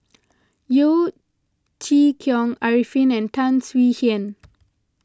Yeo Chee Kiong Arifin and Tan Swie Hian